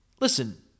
listen